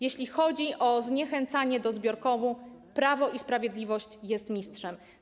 Jeśli chodzi o zniechęcanie do zbiorkomu, Prawo i Sprawiedliwość jest mistrzem.